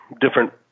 different